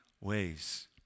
ways